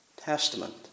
Testament